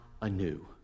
anew